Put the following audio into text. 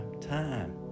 time